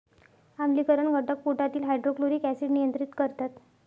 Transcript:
आम्लीकरण घटक पोटातील हायड्रोक्लोरिक ऍसिड नियंत्रित करतात